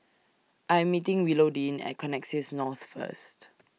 I Am meeting Willodean At Connexis North First